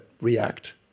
react